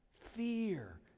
Fear